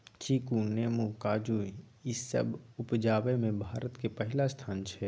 चीकू, नेमो, काजू ई सब उपजाबइ में भारत के स्थान पहिला छइ